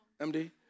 MD